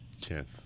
Tenth